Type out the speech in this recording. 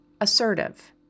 assertive